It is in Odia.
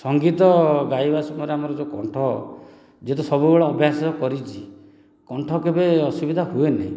ସଙ୍ଗୀତ ଗାଇବା ସମୟରେ ଆମର ଯେଉଁ କଣ୍ଠ ଯଦି ସବୁବେଳେ ଅଭ୍ୟାସ କରିଛି କଣ୍ଠ କେବେ ଅସୁବିଧା ହୁଏନି